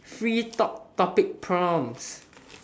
free talk topic prompts